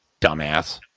Dumbass